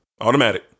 Automatic